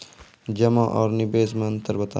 जमा आर निवेश मे अन्तर बताऊ?